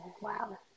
Wow